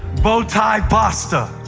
bow-tie pasta.